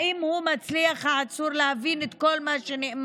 האם העצור מצליח להבין את כל מה שנאמר,